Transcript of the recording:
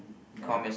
ya